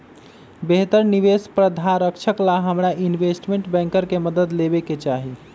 बेहतर निवेश प्रधारक्षण ला हमरा इनवेस्टमेंट बैंकर के मदद लेवे के चाहि